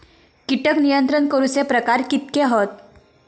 कीटक नियंत्रण करूचे प्रकार कितके हत?